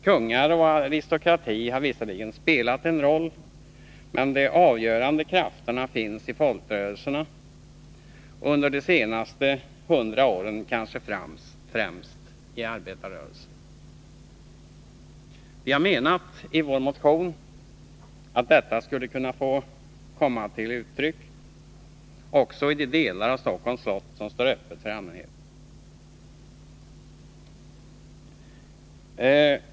Kungar och aristokrati har visserligen spelat en roll, men de avgörande krafterna finns i folkrörelserna, under de senaste 100 åren kanske främst i arbetarrörelsen. Vi har anfört i vår motion att detta skulle kunna få komma till uttryck också i de delar av Stockholms slott som står öppna för allmänheten.